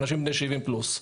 אנשים בני 70 פלוס.